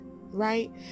right